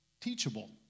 teachable